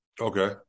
Okay